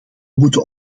moeten